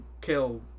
kill